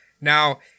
Now